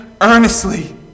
earnestly